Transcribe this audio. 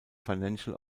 financial